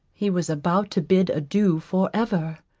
he was about to bid adieu for ever?